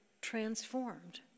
transformed